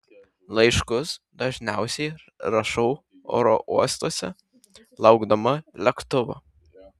laiškus dažniausiai rašau oro uostuose laukdama lėktuvo